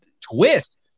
Twist